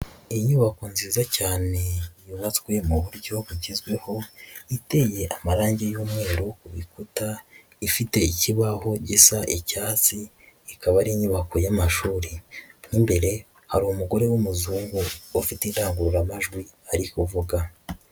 Iyi nyubako nziza cyane yubatswe mu buryo bugezweho iteye amarangi y'umweru ku bikuta ifite ikibaho gisa icyatsi ikaba ari inyubako y'amashuri. Mo imbere hari umugore w'umuzungu ufite indangururamajwi ari kuvuga.